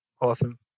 Awesome